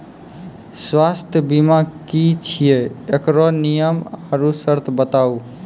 स्वास्थ्य बीमा की छियै? एकरऽ नियम आर सर्त बताऊ?